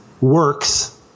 works